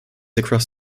across